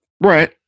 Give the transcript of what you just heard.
Right